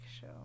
show